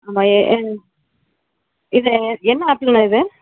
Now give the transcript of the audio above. ஆமாம் எ இது என்ன ஆப்பிளுண்ணா இது